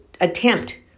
attempt